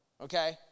Okay